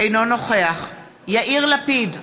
אינו נוכח יאיר לפיד,